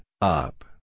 up